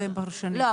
לא,